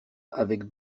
avec